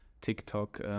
TikTok